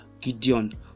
Gideon